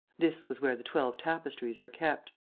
this was where the twelve tapestries were kept.